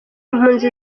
mpunzi